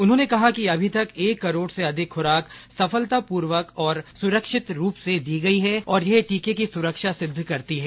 उन्होंने कहा कि अभी तक एक करोड़ से अधिक खुराक सफलतापूर्वक और सुरक्षित रूप से दी गई है और यह टीके की सुरक्षा सिद्द करती है